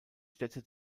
städte